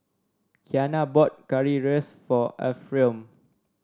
Kiana bought Currywurst for Ephriam